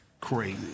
crazy